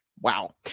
Wow